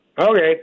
Okay